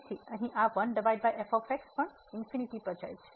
તેથી અહીં આ 1 f પણ ∞ પર જાય છે